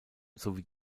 sowie